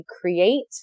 create